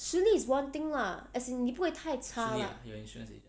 实力 is one thing lah as in 你不可以太差 lah